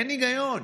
אין היגיון.